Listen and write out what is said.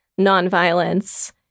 nonviolence